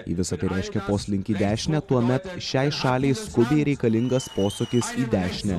jei visa tai reiškia poslinkį į dešinę tuomet šiai šaliai skubiai reikalingas posūkis į dešinę